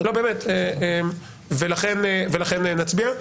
ולכן נצביע.